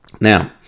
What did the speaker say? Now